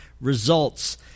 results